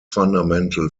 fundamental